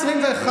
2021